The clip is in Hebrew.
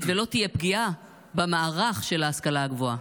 ולא תהיה פגיעה במערך של ההשכלה הגבוהה?